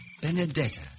Benedetta